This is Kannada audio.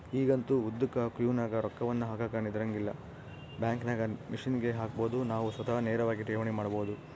ಈಗಂತೂ ಉದ್ದುಕ ಕ್ಯೂನಗ ರೊಕ್ಕವನ್ನು ಹಾಕಕ ನಿಂದ್ರಂಗಿಲ್ಲ, ಬ್ಯಾಂಕಿನಾಗ ಮಿಷನ್ಗೆ ಹಾಕಬೊದು ನಾವು ಸ್ವತಃ ನೇರವಾಗಿ ಠೇವಣಿ ಮಾಡಬೊದು